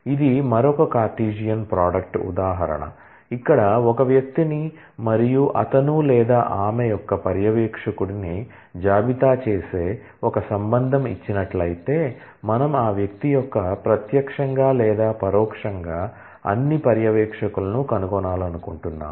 ఇది మరొక Cartesian product ఉదాహరణ ఇక్కడ ఒక వ్యక్తిని మరియు అతను లేదా ఆమె యొక్క పర్యవేక్షకుడిని జాబితా చేసే ఒక రిలేషన్ ఇచ్చినట్లయితే మనము ఆ వ్యక్తి యొక్క ప్రత్యక్షంగా లేదా పరోక్షంగా అన్ని పర్యవేక్షకులను కనుగొనాలనుకుంటున్నాము